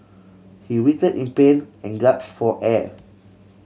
he writhed in pain and gaps for air